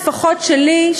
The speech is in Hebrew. לפחות שלי,